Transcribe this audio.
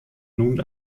nun